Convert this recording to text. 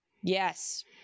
Yes